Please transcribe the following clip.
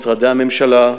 משרדי הממשלה,